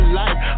life